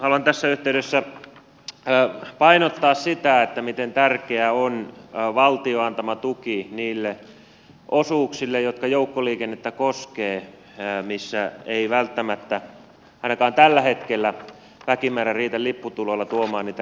haluan tässä yhteydessä painottaa sitä miten tärkeä on valtion antama tuki niille osuuksille joita joukkoliikenne koskee missä ei välttämättä ainakaan tällä hetkellä väkimäärä riitä lipputuloilla tuomaan niitä riittäviä tuloja